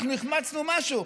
אנחנו החמצנו משהו.